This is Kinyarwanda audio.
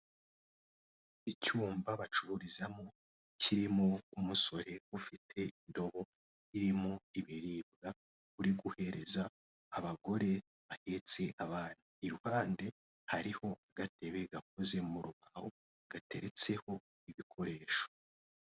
Icyumba bacururizamo kirimo umusore ufite indobo irimo ibiribwa uri guhereza abagore bahetse abana, iruhande hariho agatebe gakoze mu rubaho gateretseho ibikoresho.